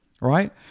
right